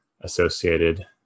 associated